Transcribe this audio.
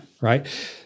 Right